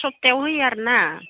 सप्तायाव होयो आरोना